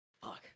fuck